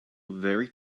very